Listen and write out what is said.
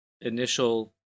initial